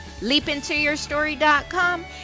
leapintoyourstory.com